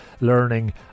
learning